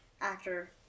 actor